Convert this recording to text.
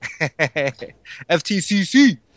ftcc